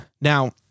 Now